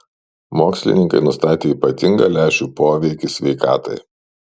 mokslininkai nustatė ypatingą lęšių poveikį sveikatai